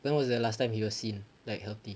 when was the last time he was seen like healthy